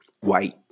white